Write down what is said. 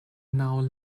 now